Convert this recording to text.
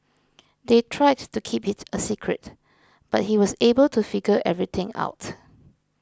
they tried to keep it a secret but he was able to figure everything out